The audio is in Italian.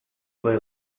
per